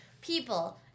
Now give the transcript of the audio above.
People